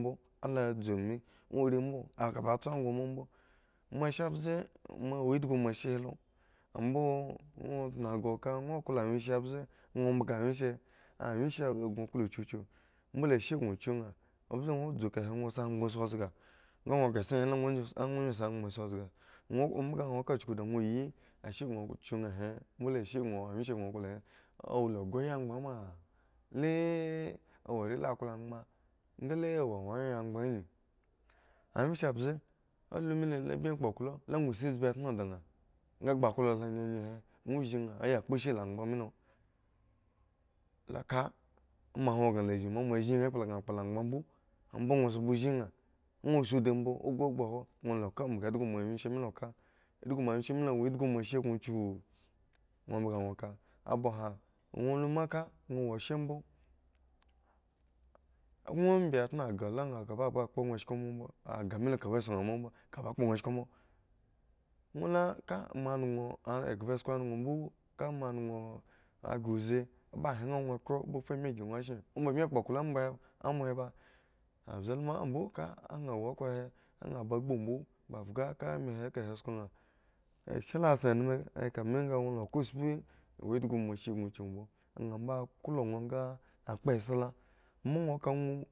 Mbo a la dzu mi, duro rii mba a ka ba tso akho nbobo moashe mbze moa wo endhgo moa shehe lo ambo ŋwo tnogah ka ŋwo klo awyen she mbze ŋwo bhga awyen she awyen bon klo kyukyu mbole ashe gŋo kyu nha ombze doro dzu kahe ŋwo si angban si zga nga ŋwo ghre esson nyre la ŋuro onyi si angbaŋ si nga ŋwo bhga nhaka chuku da nwo yi ashe gno kyu nha he mbole ashe wyenshe gŋo klo nha he awo la khro ayi angban ma le e awo are la kklo agbay nga le wo wangre angban anyi a wyenshe mbze a lu mile la bmi kpo oklo la ŋwo si ezbietno dan nga ba klo lo nyenye he ŋwo nha aya kpo zhi la angbaŋ milo laka moa hwon baŋ la zhi moa la moa la zhi nha ekpla baŋ la epo la angbaŋ mbo mbo ŋwo sha mbo zhi nha ekpla baŋ la kpo la angbaŋ mbo mbo ŋwo sha mbo la zhi nha ŋwo ya sidi mbo hwo ŋuro la ka bhga endhgomowyen she milo ka, endhgo moawyenshe mi l awo end hgo moashe gŋo kyu ŋuro bhgs nhsks bs hs ŋwo luma ka me wo shyembo bi tnoah la kaba kpo ŋwo eshko mbobo agah mi lo ka wa essn baŋ mbobo ka kpo esho mbo ŋwo la ka moa nuŋ eghba sko anuŋ mbo ka moa nuŋ aghre uzi ba hre ŋuro khro nga fu ami ygo ŋwo azhin omba bmi kpo oklo a moba amo ba ambze ma mbo kanha wo khrohe anhaba gbumbo kpafka ka emi he kahe sko nha ashe la zoh ememe ekami nga ŋwo la ka tspi moa wo endhgo moashe gno kyau mbo oha mbo klo ŋwo nga a kpo esela moa ŋwo kaŋwo.